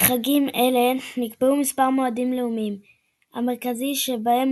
חגים אלה נקבעו מספר מועדים לאומיים המרכזי שבהם